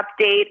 update